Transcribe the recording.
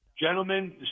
Gentlemen